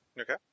Okay